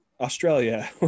Australia